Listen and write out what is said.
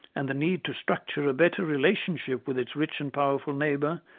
and the need to structure a better relationship with its rich and powerful neighbour,